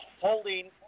holding